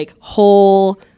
whole